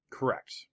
Correct